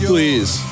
Please